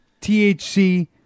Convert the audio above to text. THC